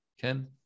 Ken